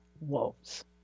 wolves